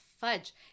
Fudge